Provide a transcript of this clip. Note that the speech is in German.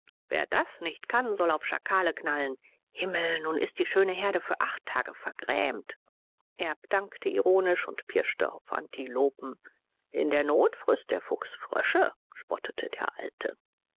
wer das nicht kann soll auf schakale knallen himmel nun ist die schöne herde für acht tage vergrämt erb dankte ironisch und pirschte auf antilopen in der not frißt der fuchs frösche spottete der alte